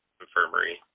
Infirmary